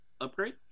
upgrade